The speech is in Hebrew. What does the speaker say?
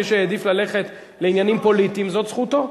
מי שהעדיף ללכת לעניינים פוליטיים, זאת זכותו.